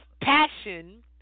passion